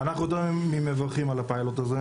אנחנו מברכים על הפיילוט הזה.